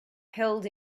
held